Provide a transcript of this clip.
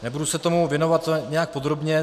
Nebudu se tomu věnovat nějak podrobně.